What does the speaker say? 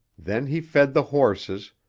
then he fed the horses,